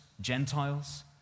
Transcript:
Gentiles